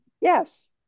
Yes